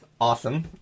Awesome